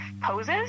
poses